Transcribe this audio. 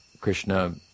Krishna